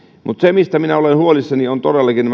mutta se mistä minä olen huolissani on todellakin